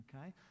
okay